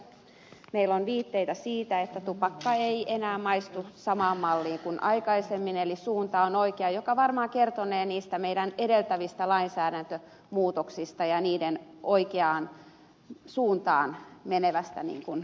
meillä on viitteitä siitä että tupakka ei enää maistu samaan malliin kuin aikaisemmin eli suunta on oikea mikä varmaan kertonee meidän edeltävistä lainsäädäntömuutoksistamme ja niiden mukaisesti oikeaan suuntaan menevästä käyttäytymisestä